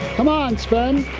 come on, sven!